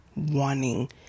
wanting